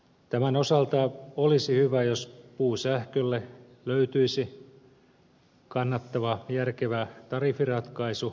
tämän osalta olisi hyvä jos puusähkölle löytyisi kannattava järkevä tariffiratkaisu